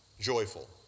joyful